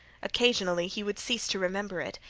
occasionally he would cease to remember it,